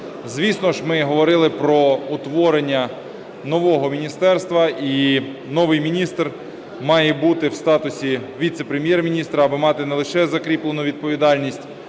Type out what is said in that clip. звісно, ж ми говорили про утворення нового міністерства. І новий міністр має бути в статусі віце-прем'єр-міністра або мати не лише закріплену відповідальність,